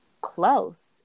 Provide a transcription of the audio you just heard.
close